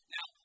Now